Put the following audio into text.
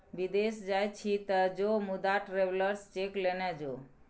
विदेश जाय छी तँ जो मुदा ट्रैवेलर्स चेक लेने जो